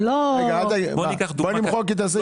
בוא נמחק את הסעיף.